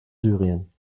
syrien